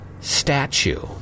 statue